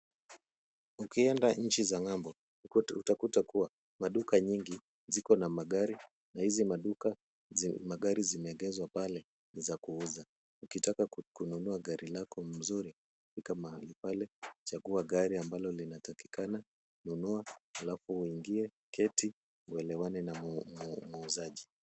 Ukienda nchi za ng'ambo utakuta kuwa maduka nyingi ziko na magari na hizi maduka magari zimeegezwa pale ni za kuuza, ukitaka kununua gari lako mzuri fika mahali pale chagua gari ambalo linatakikana, nunua, halafu uingie, keti uelewane na muuzaji.